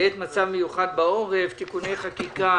בעת מצב מיוחד בעורף (תיקוני חקיקה).